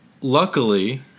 luckily